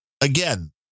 again